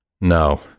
No